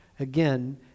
again